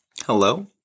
Hello